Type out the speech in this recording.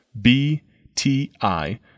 B-T-I